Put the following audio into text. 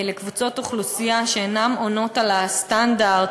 לקבוצות אוכלוסייה שאינן עונות על הסטנדרט,